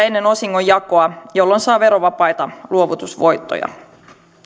ennen osingonjakoa jolloin saa verovapaita luovutusvoittoja